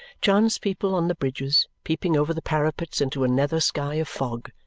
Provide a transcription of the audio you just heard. chance people on the bridges peeping over the parapets into a nether sky of fog,